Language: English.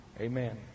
Amen